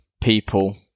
people